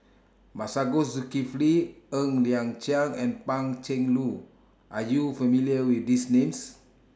Masagos Zulkifli Ng Liang Chiang and Pan Cheng Lui Are YOU familiar with These Names